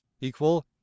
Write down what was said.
equal